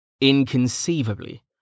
Inconceivably